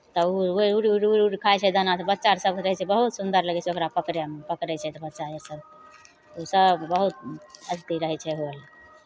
तऽ ओ उड़ि उड़ि उड़ि उड़ि खाइ छै दाना बच्चा आर सभ रहै छै बहुत सुन्दर लगै छै ओकरा पकड़ैमे पकड़ै छै तऽ बच्चा हइ सभ ओसभ बहुत आबिते रहै छै हो हल्ला